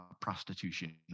prostitution